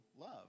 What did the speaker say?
love